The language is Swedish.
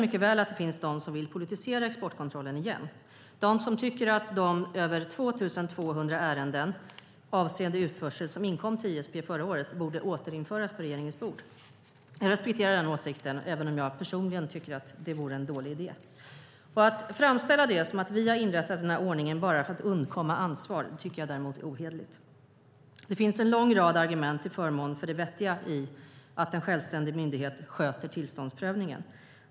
Det finns de som vill politisera exportkontrollen igen och tycker att de över 2 200 ärenden som avser utförsel som inkom till ISP förra året borde återföras till regeringens bord. Jag respekterar den åsikten, även om jag personligen tycker att det är en dålig idé. Att framställa det som att vi har inrättat den här ordningen för att undkomma ansvar tycker jag är ohederligt. Det finns en lång rad argument för det vettiga i att en självständig myndighet sköter tillståndsprövningen.